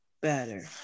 better